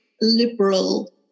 liberal